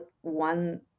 one